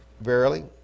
Verily